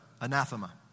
Anathema